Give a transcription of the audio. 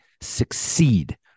succeed